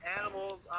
animals